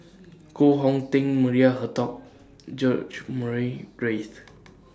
Koh Hong Teng Maria Herto George Murray Reith